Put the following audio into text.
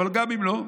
אבל גם אם לא,